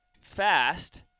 fast